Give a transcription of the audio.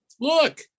look